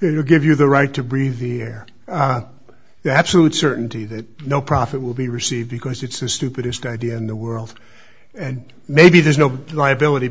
you know give you the right to breathe the air you have sued certainty that no profit will be received because it's the stupidest idea in the world and maybe there's no liability